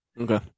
Okay